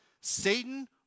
Satan